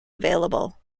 available